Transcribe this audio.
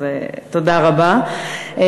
אז תודה רבה.